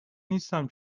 نیستم